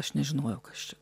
aš nežinojau kas čia